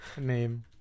name